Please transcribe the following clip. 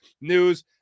news